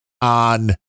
on